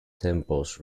temples